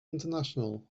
international